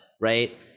right